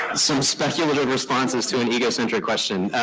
some speculative responses to an egocentric question.